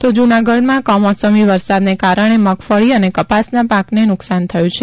તો જૂનાગઢમાં કમોસમી વરસાદને કારણે મગફળી અને કપાસના પાકને નુકસાન થયું છે